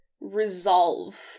resolve